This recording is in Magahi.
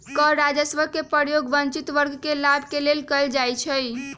कर राजस्व के प्रयोग वंचित वर्ग के लाभ लेल कएल जाइ छइ